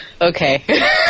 Okay